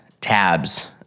Tabs